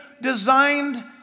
designed